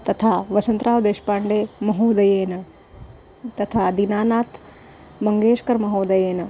तथा वसन्तराव् देश्पाण्डे महोदयेन तथा दीनानाथ् मङ्गेश्कर् महोदयेन